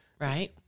Right